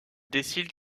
décide